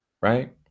right